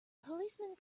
policemen